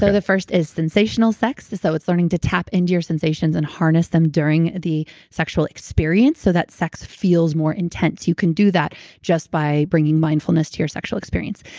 so the first is sensational sex. so, it's learning to tap into your sensations and harness them during the sexual experience so that sex feels more intense. you can do that just by bringing mindfulness to your sexual experience.